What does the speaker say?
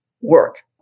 work